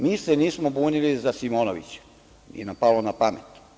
Mi se nismo bunili za Simonovića, nije nam palo na pamet.